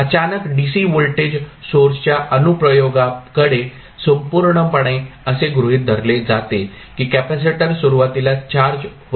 अचानक DC voltage सोर्सच्या अनुप्रयोगाकडे संपूर्णपणे असे गृहित धरले जाते की कॅपेसिटर सुरुवातीला चार्ज होते